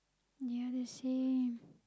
ya the same